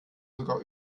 sogar